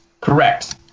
Correct